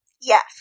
Yes